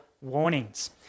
warnings